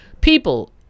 people